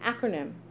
acronym